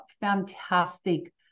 fantastic